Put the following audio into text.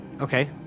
Okay